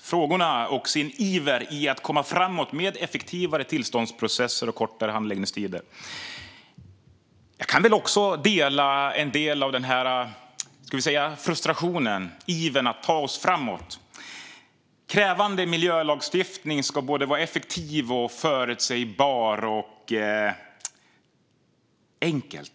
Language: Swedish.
frågorna och hans iver att komma framåt med effektivare tillståndsprocesser och kortare handläggningstider. Jag kan dela en del av denna frustration och iver att ta oss framåt. Krävande miljölagstiftning ska vara effektiv, förutsägbar och enkel.